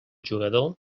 jugador